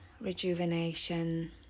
rejuvenation